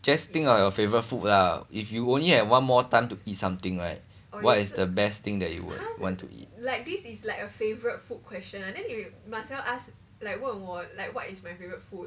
just think of your favourite food lah if you only had one more time to eat something right what is the best thing that you would want to eat